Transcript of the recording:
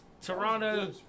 Toronto